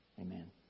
Amen